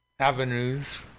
Avenues